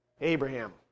Abraham